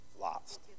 Lost